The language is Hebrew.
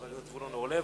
חבר הכנסת זבולון אורלב.